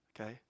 okay